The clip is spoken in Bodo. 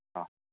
औ